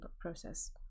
process